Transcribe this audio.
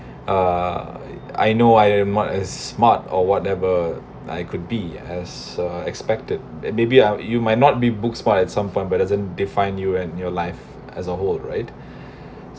uh I know I am not as smart or whatever I could be as uh expected that maybe I'll you might not be book smart at some point but doesn't define you and your life as a whole right